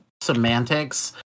semantics